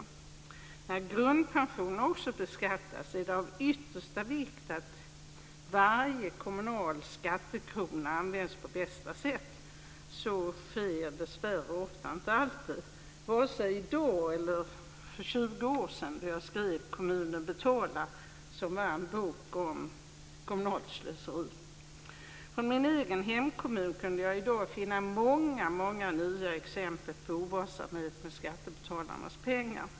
När också grundpensionerna beskattas är det av yttersta vikt att varje kommunal skattekrona används på bästa sätt. Så har dessvärre inte alltid skett, varken i dag eller för 20 år sedan, då jag skrev Från min egen hemkommun kunde jag i dag finna många nya exempel på ovarsamhet med skattebetalarnas pengar.